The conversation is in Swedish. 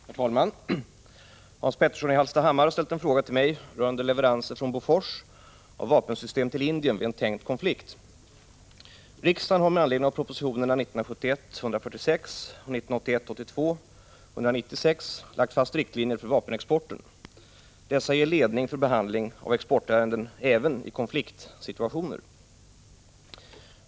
Herr talman! Hans Petersson i Hallstahammar har ställt en fråga till mig rörande leveranser från AB Bofors av vapensystem till Indien vid en tänkt konflikt. Riksdagen har med anledning av propositionerna 1971:146 och 1981/ 82:196 lagt fast riktlinjer för vapenexporten. Dessa ger ledning för behandling av exportärenden även i konfliktsituationer.